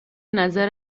نظر